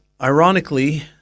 ironically